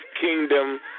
Kingdom